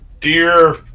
Dear